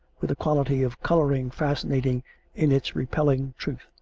with a quality of coloring fascinating in its repelling truth.